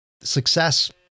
success